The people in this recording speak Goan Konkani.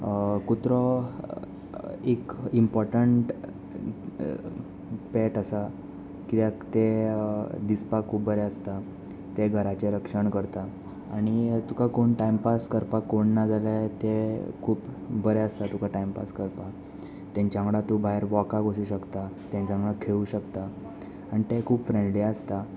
कुत्रो एक इम्पोर्टंट पॅट आसा कित्याक ते दिसपाक खूब बरे आसा ते घराचें रक्षण करता आनी तुका कोण टायम पास करपाक कोण ना जाल्यार ते खूब बरे आसता तुका टायम पास करपाक तांचे वांगडा तूं भायर वॉकाक वचूंक शकता ताचे वांगडा खेळूंक शकता आनी ते खूब फ्रेंडली आसता